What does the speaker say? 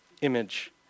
image